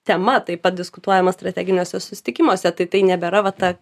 tema taip pat diskutuojama strateginiuose susitikimuose tai tai nebėra va ta